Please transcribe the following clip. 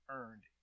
earned